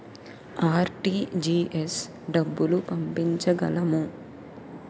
RTGS డబ్బులు పంపించగలము?